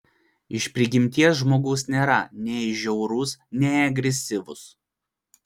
iš prigimties žmogus nėra nei žiaurus nei agresyvus